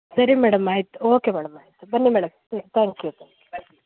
ಸರಿ ಮೇಡಮ್ ಆಯಿತು ಓಕೆ ಮೇಡಮರೆ ಬನ್ನಿ ಮೇಡಮ್ ಹಾಂ ತ್ಯಾಂಕ್ ಯು